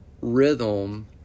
rhythm